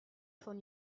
von